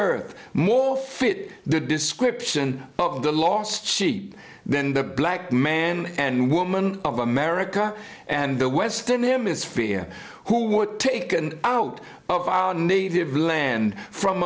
birth more fit the description of the lost sheep then the black man and woman of america and the western hemisphere who were taken out of native land from